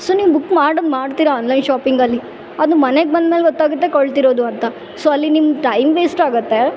so ನೀವು book ಮಾಡೋದು ಮಾಡ್ತೀರ ಆನ್ಲೈನ್ ಶಾಪಿಂಗಲ್ಲಿ ಅದು ಮನೆಗೆ ಬಂದ್ಮೇಲೆ ಗೊತ್ತಾಗತ್ತೆ ಕೊಳ್ತಿರೋದು ಅಂತ ಸೊ ಅಲ್ಲಿ ನಿಮ್ಮ ಟೈಮ್ ವೇಸ್ಟ್ ಆಗತ್ತೆ